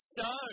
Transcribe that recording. Stone